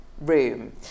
room